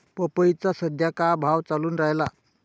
पपईचा सद्या का भाव चालून रायला?